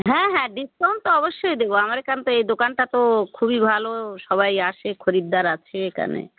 হ্যাঁ হ্যাঁ ডিসকাউন্ট তো অবশ্যই দেবো আমার এখান তো এই দোকানটা তো খুবই ভালো সবাই আসে খরিদ্দার আছে এখানে